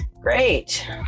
Great